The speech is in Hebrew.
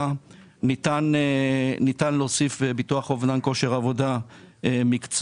וניתן להוסיף ביטוח אובדן כושר עבודה מקצועי.